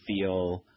feel